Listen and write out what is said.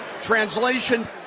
Translation